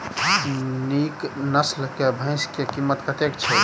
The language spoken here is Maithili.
नीक नस्ल केँ भैंस केँ कीमत कतेक छै?